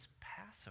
Passover